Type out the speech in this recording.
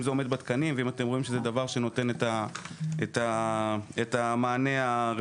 אם זה עומד בתקנים ואם אתם רואים שזה דבר שנותן את המענה הרפואי.